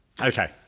Okay